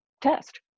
test